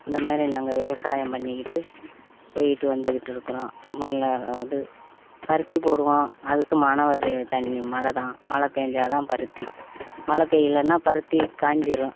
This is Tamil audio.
இந்த மாதிரி நாங்கள் விவசாயம் பண்ணிக்கிட்டு போயிகிட்டு வந்துகிட்டு இருக்கிறோம் மழை வந்து பருத்தி போடுவோம் அதுக்கு மானாவரி தண்ணி மழை தான் மழை பெஞ்சா தான் பருத்தி மழை பெய்யலன்னா பருத்தி காஞ்சிடும்